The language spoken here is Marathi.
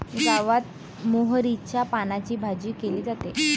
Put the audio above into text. गावात मोहरीच्या पानांची भाजी केली जाते